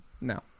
No